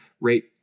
rate